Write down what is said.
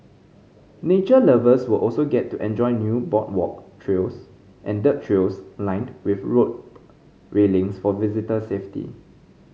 nature lovers will also get to enjoy new boardwalk trails and dirt trails lined with rope railings for visitor safety